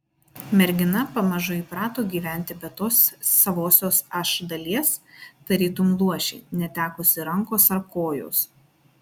mergina pamažu įprato gyventi be tos savosios aš dalies tarytum luošė netekusi rankos ar kojos